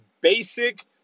basic